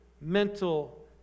mental